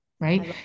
right